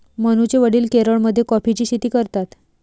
मनूचे वडील केरळमध्ये कॉफीची शेती करतात